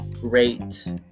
great